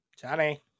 Johnny